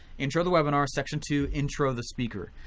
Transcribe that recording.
intro the webinar. section two, intro the speaker.